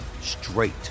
straight